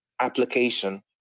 application